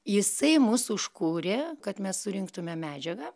jisai mus užkūrė kad mes surinktume medžiagą